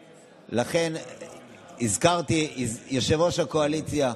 לכן, יושב-ראש הקואליציה,